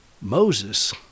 Moses